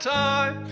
time